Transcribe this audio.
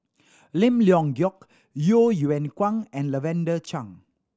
Lim Leong Geok Yeo Yeow Kwang and Lavender Chang